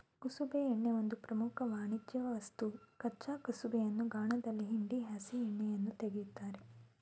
ಕುಸುಬೆ ಎಣ್ಣೆ ಒಂದು ಪ್ರಮುಖ ವಾಣಿಜ್ಯವಸ್ತು ಕಚ್ಚಾ ಕುಸುಬೆಯನ್ನು ಗಾಣದಲ್ಲಿ ಹಿಂಡಿ ಹಸಿ ಎಣ್ಣೆ ತೆಗಿತಾರೆ